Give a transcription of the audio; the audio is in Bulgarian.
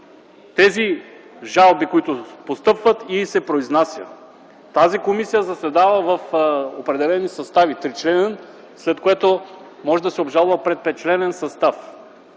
тези жалби, които постъпват и се произнасят. Тази комисия заседава в определени състави – тричленен, след което може да се обжалва пред петчленен състав.